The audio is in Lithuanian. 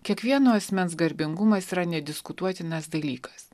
kiekvieno asmens garbingumas yra nediskutuotinas dalykas